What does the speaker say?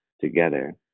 together